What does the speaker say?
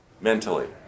mentally